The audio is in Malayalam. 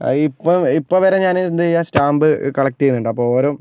ആ ഇപ്പം ഇപ്പം വരെ ഞാൻ എന്തെയ്യാ സ്റ്റാമ്പ് കളക്ട് ചെയ്യുന്നുണ്ട് അപ്പോൾ ഓരോ